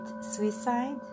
suicide